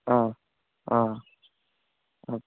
അ അ അ